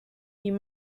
you